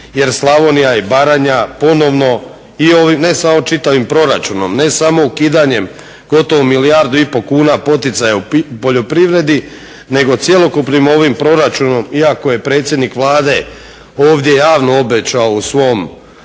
Jer Slavonija i Baranja ponovno i ovim ne samo čitavim proračunom, ne samo ukidanjem gotovo milijardu i pol kuna poticaja u poljoprivredi nego cjelokupnim ovim proračunom iako je predsjednik Vlade ovdje javno obećao u svom